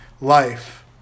Life